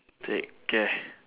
take care